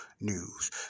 news